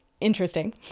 interesting